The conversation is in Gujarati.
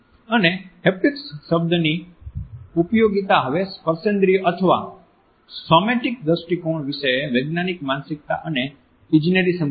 અને હેપ્ટિક્સ શબ્દની ઉપયોગિતા હવે સ્પર્શેન્દ્રિય અથવા સોમેટિક દ્રષ્ટિકોણ વિશે વૈજ્ઞાનિક માનસિકતા અને ઇજનેરી સંબંધિત છે